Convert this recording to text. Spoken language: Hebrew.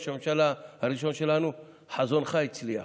ראש הממשלה הראשון שלנו: חזונך הצליח.